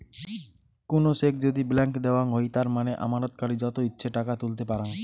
কুনো চেক যদি ব্ল্যান্ক দেওয়াঙ হই তার মানে আমানতকারী যত ইচ্ছে টাকা তুলতে পারাং